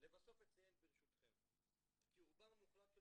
לבסוף אציין ברשותכם כי רובם המוחלט של